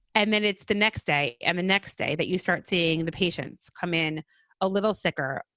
and then it's the next day and the next day that you start seeing the patients come in a little sicker,